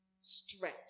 stretch